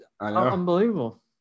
unbelievable